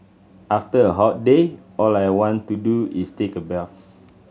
after a hot day all I want to do is take a bells